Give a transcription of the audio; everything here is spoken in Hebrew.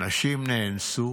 נשים נאנסו